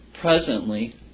presently